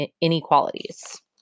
inequalities